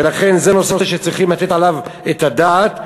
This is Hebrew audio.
ולכן זה נושא שצריכים לתת עליו את הדעת,